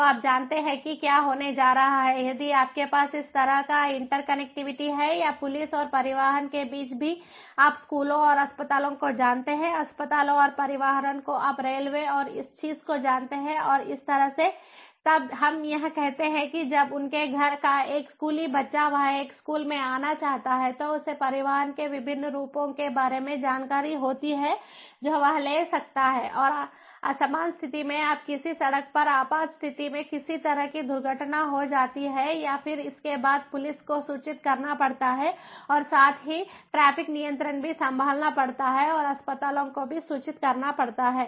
तो आप जानते हैं कि क्या होने जा रहा है यदि आपके पास इस तरह का इंटरकनेक्टिविटी है या पुलिस और परिवहन के बीच भी आप स्कूलों और अस्पतालों को जानते हैं अस्पतालों और परिवहन को आप रेलवे और इस चीज़ को जानते हैं और इस तरह से तब हम यह कहते हैं कि जब उनके घर का एक स्कूली बच्चा वह एक स्कूल में आना चाहता है तो उसे परिवहन के विभिन्न रूपों के बारे में जानकारी होती है जो वह ले सकता है और असमान स्थिति में आप किसी सड़क पर आपात स्थिति में किसी तरह की दुर्घटना हो जाती है या फिर इसके बाद पुलिस को सूचित करना पड़ता है और साथ ही ट्रैफिक नियंत्रण भी संभालना पड़ता है और अस्पतालों को भी सूचित करना पड़ता है